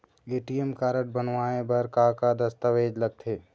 ATM card बनवाए बर का का दस्तावेज लगथे?